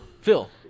Phil